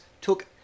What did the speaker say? took